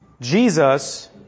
Jesus